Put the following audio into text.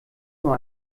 nur